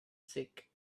sick